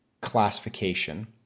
classification